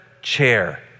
chair